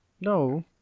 No